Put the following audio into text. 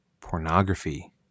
pornography